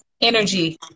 energy